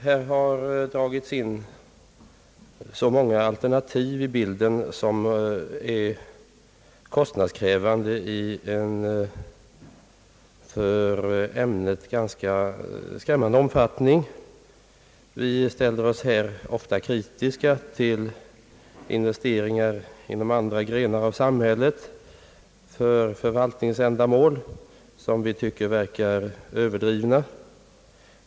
Här har tagits in så många alternativ i bilden, som är kostnadskrävande i en för ämnet ganska skrämmande omfattning. Vi ställer oss här ofta kritiska till investeringar för förvaltningsändamål inom andra grenar av samhället, som vi tycker verkar överdrivna.